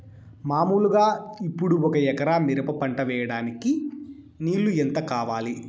మామూలుగా ఇప్పుడు ఒక ఎకరా మిరప పంట వేయడానికి నీళ్లు ఎంత కావాలి?